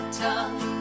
tongue